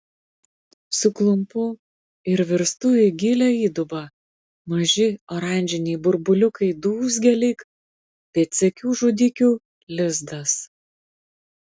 suklumpu ir virstu į gilią įdubą maži oranžiniai burbuliukai dūzgia lyg pėdsekių žudikių lizdas